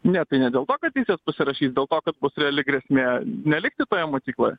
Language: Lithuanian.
ne tai ne dėl to kad jis jas pasirašys dėl to kad bus reali grėsmė nelikti toje mokykloje